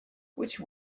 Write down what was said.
which